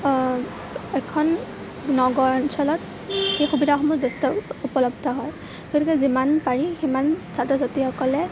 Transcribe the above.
এখন নগৰ অঞ্চলত সেই সুবিধাসমূহ যথেষ্ট উপলব্ধ হয় গতিকে যিমান পাৰি সিমান ছাত্ৰ ছাত্ৰীসকলে